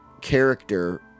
character